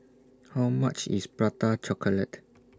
How much IS Prata Chocolate